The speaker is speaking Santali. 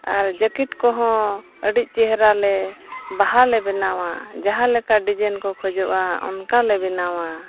ᱟᱨ ᱡᱟᱹᱠᱤᱴ ᱠᱚᱦᱚᱸ ᱟᱹᱰᱤ ᱪᱮᱦᱨᱟᱞᱮ ᱵᱟᱦᱟᱞᱮ ᱵᱮᱱᱟᱣᱟ ᱡᱟᱦᱟᱸᱞᱮᱠᱟ ᱰᱤᱡᱟᱭᱤᱱ ᱠᱚ ᱠᱷᱚᱡᱚᱜᱼᱟ ᱚᱱᱠᱟᱞᱮ ᱵᱮᱱᱟᱣᱟ